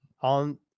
on